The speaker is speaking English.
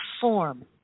form